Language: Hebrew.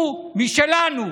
הוא משלנו,